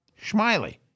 Schmiley